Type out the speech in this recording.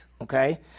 okay